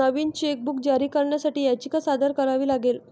नवीन chequebook जारी करण्यासाठी याचिका सादर करावी लागेल